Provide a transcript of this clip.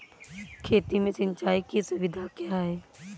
खेती में सिंचाई की सुविधा क्या है?